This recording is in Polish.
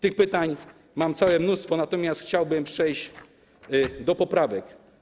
Pytań mam całe mnóstwo, natomiast chciałbym przejść do poprawek.